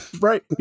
right